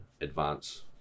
advance